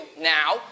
Now